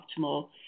optimal